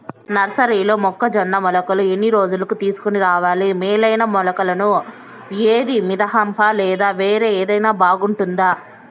నర్సరీలో మొక్కజొన్న మొలకలు ఎన్ని రోజులకు తీసుకొని రావాలి మేలైన మొలకలు ఏదీ? మితంహ లేదా వేరే ఏదైనా బాగుంటుందా?